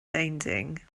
painting